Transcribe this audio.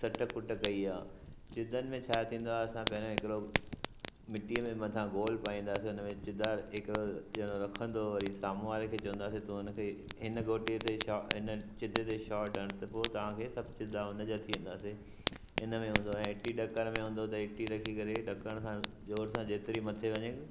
सटु कुटु कई आहे चिदनि में छा थींदो आहे असां पहिरों हिकिड़ो मिटीअ में मथां गोल पाईंदासीं हुन में चिदा हिकिड़ो ॼणो रखंदो वरी साम्हूं वारे खे चवंदासी तूं हुन खे इन गोटीअ ते छा आहिनि चिदे ते शौर्ट हण त पोइ तव्हां हे सभु चिदा हुन जा थी वेंदासीं इन में हूंदो आहे इटी ॾकर में हूंदो तई इटी रखी करे ॾकर खां जोर सां जेतिरी मथे वञे